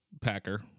Packer